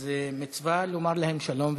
אז מצווה לומר להם שלום וברכות.